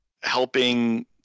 helping